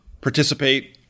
participate